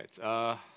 right